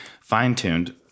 Fine-Tuned